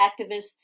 activists